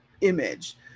image